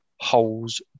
holes